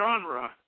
genre